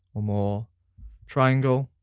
or more triangle.